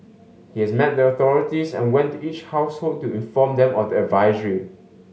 he has met the authorities and went to each household to inform them of the advisory